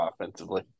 offensively